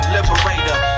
Liberator